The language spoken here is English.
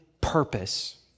purpose